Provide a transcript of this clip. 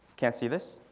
can't see this?